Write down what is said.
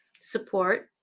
support